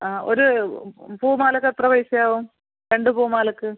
ആ ഒരു പൂമാലയ്ക്ക് എത്ര പൈസ ആവും രണ്ട് പൂമാലയ്ക്ക്